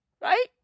right